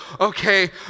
okay